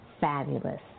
fabulous